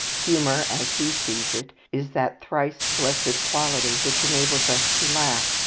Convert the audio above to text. humour, as he sees it, is that thrice blessed quality which enables us to laugh,